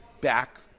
back